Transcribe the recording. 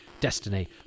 destiny